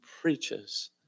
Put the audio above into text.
preaches